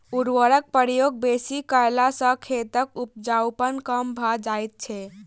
उर्वरकक प्रयोग बेसी कयला सॅ खेतक उपजाउपन कम भ जाइत छै